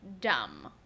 dumb